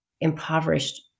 impoverished